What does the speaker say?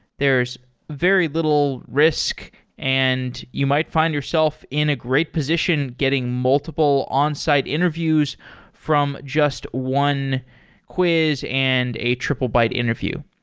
there's very little risk and you might find yourself in a great position getting multiple onsite interviews from just one quiz and a triplebyte interview.